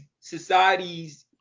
societies